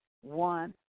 One